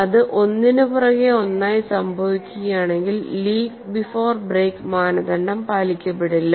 അത് ഒന്നിനുപുറകെ ഒന്നായി സംഭവിക്കുകയാണെങ്കിൽലീക്ക് ബിഫോർ ബ്രേക്ക് മാനദണ്ഡം പാലിക്കപ്പെടില്ല